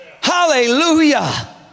Hallelujah